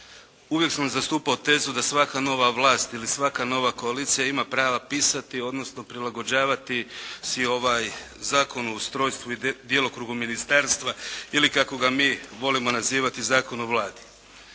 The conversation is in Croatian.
uvijek sam zastupao tezu da svaka nova vlast ili svaka nova koalicija ima prava pisati odnosno prilagođavati si ovaj Zakon o ustrojstvu i djelokrugu ministarstva ili kako ga mi volimo nazivati Zakon o Vladi.